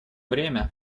время